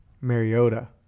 Mariota